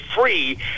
free